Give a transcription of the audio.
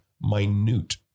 minute